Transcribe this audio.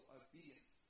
obedience